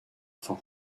for